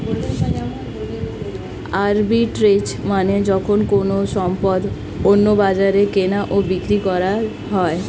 arbitrage মানে যখন কোনো সম্পদ অন্য বাজারে কেনা ও বিক্রি করা হয়